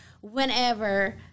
whenever